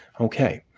ok.